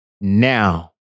Now